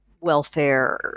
welfare